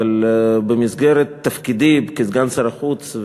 אבל במסגרת תפקידי כסגן שר החוץ,